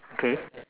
K